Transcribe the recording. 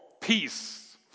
peace